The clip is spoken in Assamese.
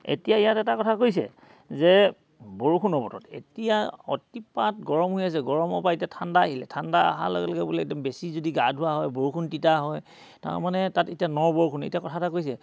এতিয়া ইয়াত এটা কথা কৈছে যে বৰষুণৰ বতৰত এতিয়া অতিপাত গৰম হৈ আছে গৰমৰ পৰা এতিয়া ঠাণ্ডা আহিলে ঠাণ্ডা অহাৰ লগে লগে বোলে একদম বেছি যদি গা ধোৱা হয় বৰষুণ তিতা হয় তাৰমানে তাত এতিয়া ন বৰষুণ এতিয়া কথা এটা কৈছে